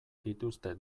dituzte